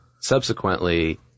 subsequently